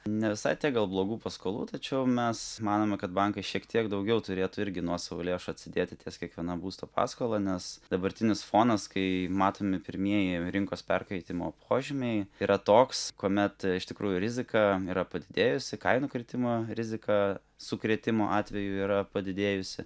ne visai tiek gal blogų paskolų tačiau mes manome kad bankai šiek tiek daugiau turėtų irgi nuosavų lėšų atsidėti ties kiekviena būsto paskola nes dabartinis fonas kai matomi pirmieji rinkos perkaitimo požymiai yra toks kuomet iš tikrųjų rizika yra padidėjusi kainų kritimo rizika sukrėtimo atveju yra padidėjusi